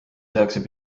tehakse